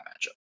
matchup